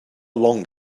long